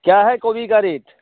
क्या है गोभी का रेट